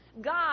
God